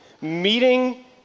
meeting